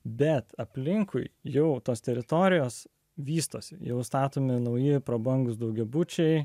bet aplinkui jo tos teritorijos vystosi jau statomi nauji prabangūs daugiabučiai